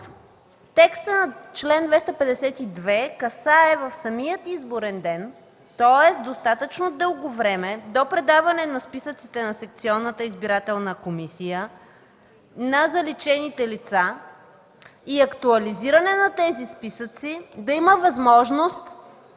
Текстът на чл. 252 касае в самия изборен ден, тоест достатъчно дълго време до предаване на списъците на секционната избирателна комисия на заличените лица и актуализиране на тези списъци, да има възможност